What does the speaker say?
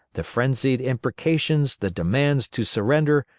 the frenzied imprecations, the demands to surrender,